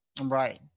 Right